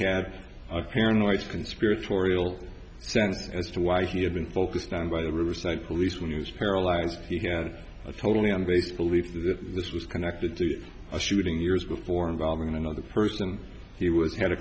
had a paranoid conspiratorial sense as to why he had been focused on by the riverside police when news paralyzed he had a totally on base belief that this was connected to a shooting years before involving another person he was had a